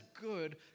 good